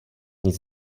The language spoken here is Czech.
nic